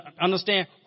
understand